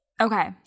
Okay